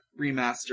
remaster